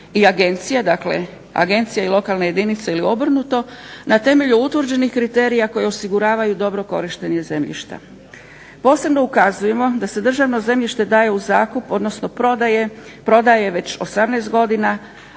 i agencije. Dakle, agencije i lokalne jedinice ili obrnuto na temelju utvrđenih kriterija koji osiguravaju dobro korištenje zemljišta. Posebno ukazujemo da se državno zemljište daje u zakup, odnosno prodaje već 18 godina,